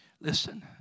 Listen